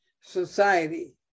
society